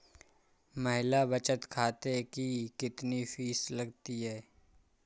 महिला बचत खाते की कितनी फीस लगती है?